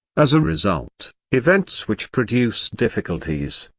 as a result, events which produce difficulties,